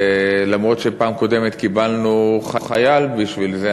למרות שבפעם הקודמת קיבלנו חייל בשביל זה,